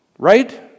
Right